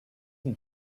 and